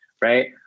right